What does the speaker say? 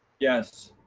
yes.